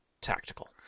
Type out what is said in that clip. Tactical